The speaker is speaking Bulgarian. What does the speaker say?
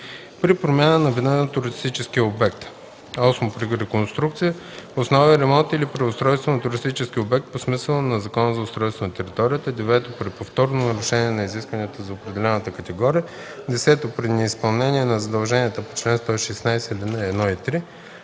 при промяна на вида на туристическия обект; 8. при реконструкция, основен ремонт или преустройство на туристическия обект по смисъла на Закона за устройство на територията; 9. при повторно нарушение на изискванията за определената категория; 10. при неизпълнение на задълженията по чл. 116, ал. 1 и 3.